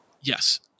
Yes